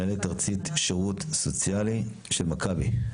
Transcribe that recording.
מנהלת ארצית שירות סוציאלי של מכבי,